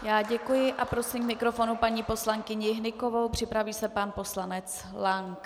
Já děkuji a prosím k mikrofonu paní poslankyni Hnykovou, připraví se pan poslanec Lank.